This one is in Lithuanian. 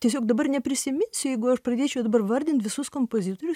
tiesiog dabar neprisiminsiu jeigu aš pradėčiau dabar vardint visus kompozitorius